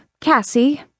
Cassie